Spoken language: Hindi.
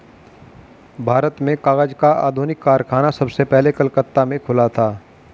भारत में कागज का आधुनिक कारखाना सबसे पहले कलकत्ता में खुला था